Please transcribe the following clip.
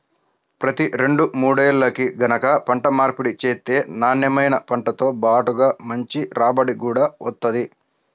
ప్రతి రెండు మూడేల్లకి గనక పంట మార్పిడి చేత్తే నాన్నెమైన పంటతో బాటుగా మంచి రాబడి గూడా వత్తది